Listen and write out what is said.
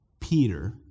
Peter